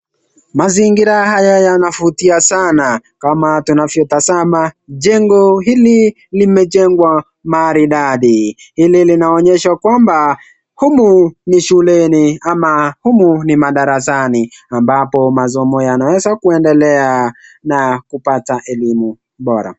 Mazingira haya yanavutia sana kama tunavyo tazama jengo hili limejengwa maridadi, hili linaonyesha kwamba humu ni shuleni ama humu ni madarasani ambapo masomo yanaweza kuendelea na kupata elimu bora.